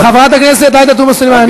חברת הכנסת עאידה תומא סלימאן,